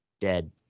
dead